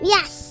Yes